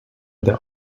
their